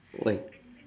why